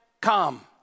come